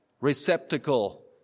receptacle